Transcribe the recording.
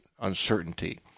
uncertainty